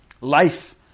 Life